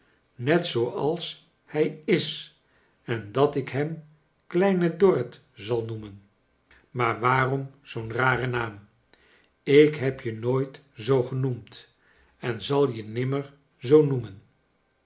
net zooals hij is en dat ik hem kleine dorrit zal noernen maar waarom zoo'n rare naam ik heb je nooit zoo genoemd en zal je nimmer zoo noemen